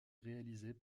réalisés